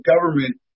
government